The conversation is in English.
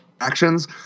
actions